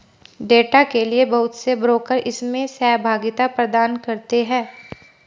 data के लिये बहुत से ब्रोकर इसमें सहभागिता प्रदान करते हैं